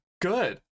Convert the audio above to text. Good